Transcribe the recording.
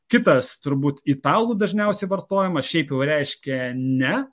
kitas turbūt italų dažniausiai vartojamas šiaip jau reiškia ne